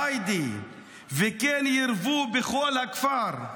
היידה, כן ירבו בכל הכפר,